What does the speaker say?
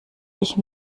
ich